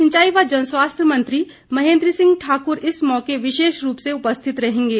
सिंचाई एवं जनस्वास्थ्य मंत्री महेंद्र सिंह ठाकुर इस मौके विशेष रूप से उपस्थित रहेंगे